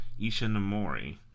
Ishinomori